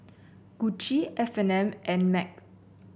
Gucci F And N and MAG